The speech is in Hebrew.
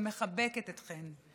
מחבקת אתכן.